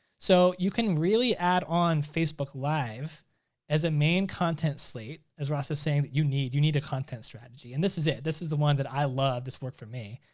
so you can really add on facebook live as a main content slate. as ross was saying, you need you need a content strategy, and this is it. this is the one that i love. this worked for me.